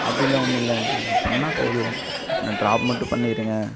அப்படிலாம் ஒன்றும் இல்லை நீங்கள் பண்ணால் போதும் என்னை ட்ராப் மட்டும் பண்ணிடுங்க